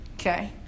Okay